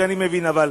ואני מבין אותה,